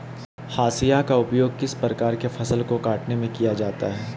हाशिया का उपयोग किस प्रकार के फसल को कटने में किया जाता है?